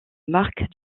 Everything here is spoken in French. marque